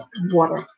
water